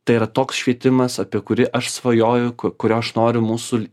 tai yra toks švietimas apie kurį aš svajoju kurio aš noriu mūsų